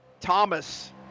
Thomas